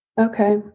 Okay